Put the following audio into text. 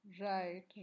Right